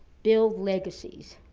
build legacies,